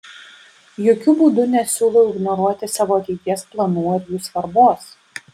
jokiu būdu nesiūlau ignoruoti savo ateities planų ar jų svarbos